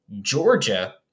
Georgia